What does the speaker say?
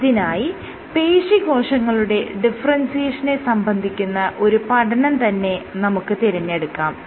ഇതിനായി പേശീകോശങ്ങളുടെ ഡിഫറെൻസിയേഷനെ സംബന്ധിക്കുന്ന ഒരു പഠനം തന്നെ നമുക്ക് തിരഞ്ഞെടുക്കാം